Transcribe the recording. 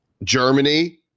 Germany